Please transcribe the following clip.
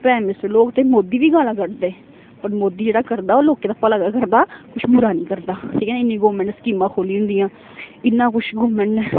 prime minister लोक ते मोदी बी गल्ल कर्ढदे पर मोदी जेह्ड़ा करदा ओह् लोकें दा भला गै करदा कुछ बुरा निं करदा ठीक ऐ इन्नी गौरमेंट न ने स्कीमां खोह्ली जंदियां इन्ना कुछ गौरमैंट ने